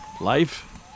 Life